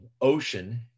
ocean